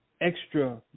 extra